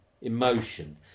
Emotion